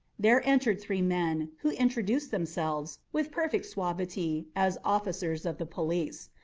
there entered three men, who introduced themselves, with perfect suavity, as officers of the police.